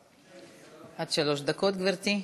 עד שלוש דקות, גברתי.